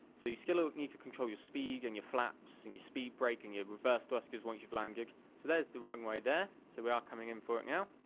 so you still ah need to control your speed and your flaps and your speed braking your reverse thrusters once you've landed. so there's the runway there, so we are coming in for it now.